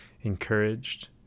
encouraged